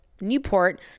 Newport